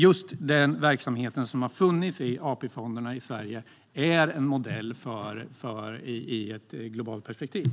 Just den verksamhet som har funnits i AP-fonderna i Sverige är alltså en modell i ett globalt perspektiv.